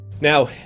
Now